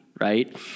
right